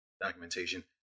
documentation